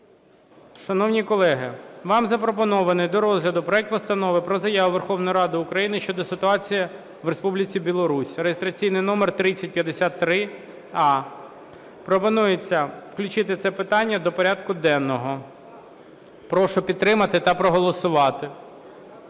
колеги, вам запропонований до розгляду проект Постанови про Заяву Верховної Ради України щодо ситуації в Республіці Білорусь (реєстраційний номер 3053а). Пропонується включити це питання до порядку денного. Прошу підтримати та проголосувати.